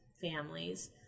families